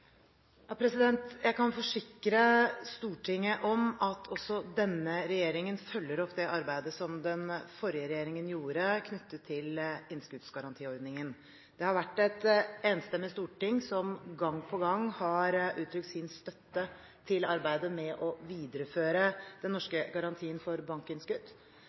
Jeg kan forsikre Stortinget om at også denne regjeringen følger opp det arbeidet som den forrige regjeringen gjorde knyttet til innskuddsgarantiordningen. Det har vært et enstemmig storting som gang på gang har uttrykt sin støtte til arbeidet med å videreføre den norske garantien for bankinnskudd.